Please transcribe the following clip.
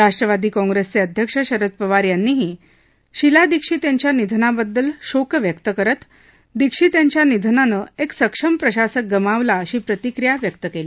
राष्ट्रवादी काँग्रेसचे अध्यक्ष शरद पवार यांनीही शिला दीक्षित यांच्या निधनाबद्दल शोक व्यक्त करत दीक्षित यांच्या निधनानं एक सक्षम प्रशासक गमावला अशी प्रतिक्रिया त्यांनी दिली